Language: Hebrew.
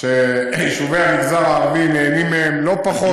שיישובי המגזר הערבי נהנים מהם לא פחות,